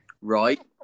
Right